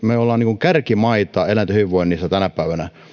me olemme kärkimaita eläinten hyvinvoinnissa